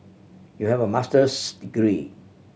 you have a Master's degree